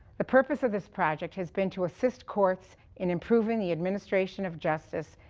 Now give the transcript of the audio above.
the purpose of this project has been to assist courts in improving the administration of justice,